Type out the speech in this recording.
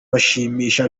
bashimisha